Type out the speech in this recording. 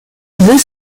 this